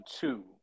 two